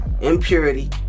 impurity